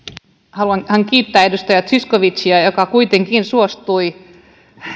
haluan kiittää edustaja zyskowiczia joka kuitenkin suostui